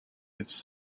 its